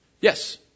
Yes